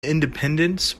independence